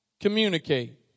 communicate